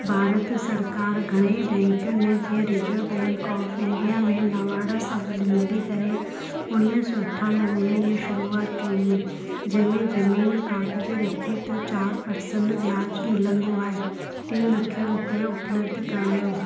भारत सरकार घणे ई बैंकुनि में जीअं रिजर्व बैंक ऑफ इंडिया में नवाड सां गॾु मिली करे उणिवीह सौ अठानवे में हे शुरूआति कई हुई जंहिंमें ज़मीन काग़ज़ु रखी त चार परसेंट वियाजु मिलंदो आहे टीं लखें रुपयो उपलब्ध करायो